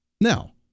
Now